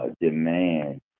demand